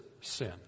sin